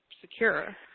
secure